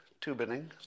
tubing